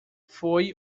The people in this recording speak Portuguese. foi